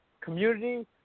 Community